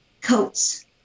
coats